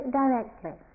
directly